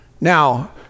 Now